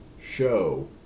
show